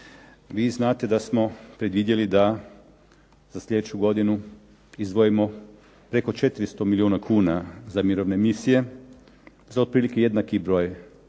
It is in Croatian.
vi znate da smo predvidjeli da za sljedeću godinu izdvojimo preko 400 milijuna kuna za mirovne misije za otprilike jednaki broj